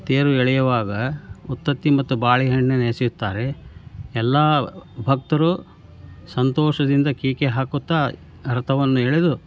ತೇರು ಎಳೆಯುವಾಗ ಉತ್ತತ್ತಿ ಮತ್ತು ಬಾಳೆಹಣ್ಣನ್ನು ಎಸೆಯುತ್ತಾರೆ ಎಲ್ಲಾ ಭಕ್ತರು ಸಂತೋಷದಿಂದ ಕೇಕೆ ಹಾಕುತ್ತಾ ರಥವನ್ನು ಎಳೆದು